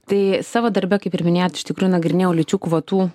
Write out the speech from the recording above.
tai savo darbe kaip ir minėjot iš tikrųjų nagrinėjau lyčių kvotų